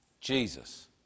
Jesus